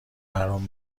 حروم